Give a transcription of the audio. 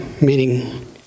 meaning